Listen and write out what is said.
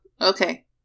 okay